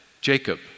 Jacob